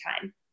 time